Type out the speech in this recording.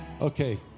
Okay